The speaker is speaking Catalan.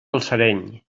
balsareny